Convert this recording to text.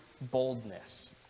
boldness